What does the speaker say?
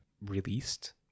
released